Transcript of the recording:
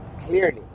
clearly